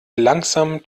langsam